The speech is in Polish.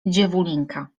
dziewulinka